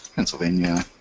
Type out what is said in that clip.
pennsylvania,